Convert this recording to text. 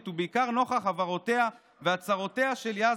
ובעיקר נוכח הבהרותיה והצהרותיה של יזבק,